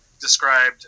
described